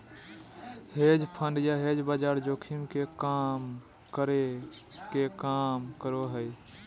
hedge fund या hedge बाजार जोखिम के कम करे के काम करो हय